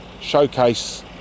showcase